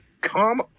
come